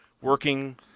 working